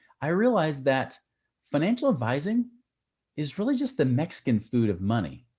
i realized that financial advising is really just the mexican food of money.